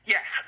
Yes